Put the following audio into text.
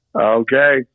Okay